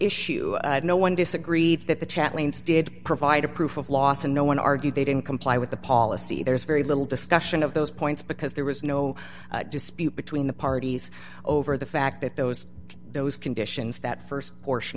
issue no one disagreed that the chatlines did provide a proof of loss and no one argued they didn't comply with the policy there's very little discussion of those points because there was no dispute between the parties over the fact that those those conditions that st portion